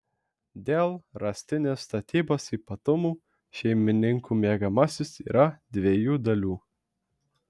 dėl rąstinės statybos ypatumų šeimininkų miegamasis yra dviejų dalių